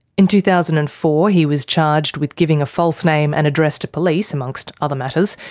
in two thousand and four he was charged with giving a false name and address to police, amongst other matters.